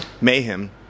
Mayhem